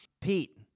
Pete